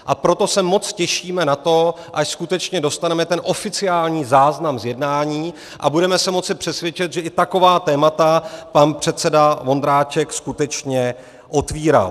A proto se moc těšíme na to, až skutečně dostaneme ten oficiální záznam z jednání a budeme se moci přesvědčit, že i taková témata pan předseda Vondráček skutečně otvíral.